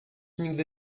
nigdy